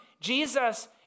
Jesus